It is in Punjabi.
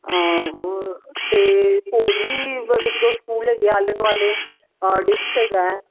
ਅਤੇ ਹੋਰ ਵੀ ਇੱਕ ਦੋ ਸਕੂਲ ਹੈਗੇ ਆਲੇ ਦੁਆਲੇ ਡਿਪਸ ਹੈਗਾ